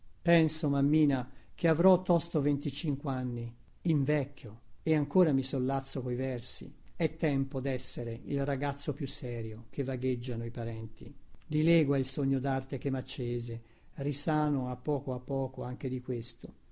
penso mammina che avrò tosto venti cinquanni invecchio e ancora mi sollazzo coi versi e tempo dessere il ragazzo più serio che vagheggiano i parenti dilegua il sogno darte che maccese risano a poco a poco anche di questo